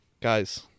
guys